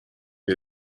way